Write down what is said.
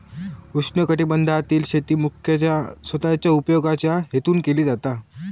उष्णकटिबंधातील शेती मुख्यतः स्वतःच्या उपयोगाच्या हेतून केली जाता